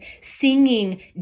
singing